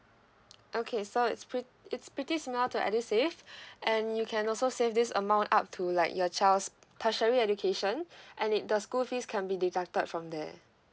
okay so it's it's pretty similar to edusave and you can also save this amount up to like your child's tertiary education and it the school fees can be deducted from there